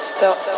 Stop